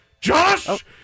Josh